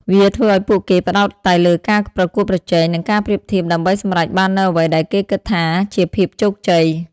វាធ្វើឲ្យពួកគេផ្តោតតែលើការប្រកួតប្រជែង និងការប្រៀបធៀបដើម្បីសម្រេចបាននូវអ្វីដែលគេគិតថាជាភាពជោគជ័យ។